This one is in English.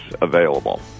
available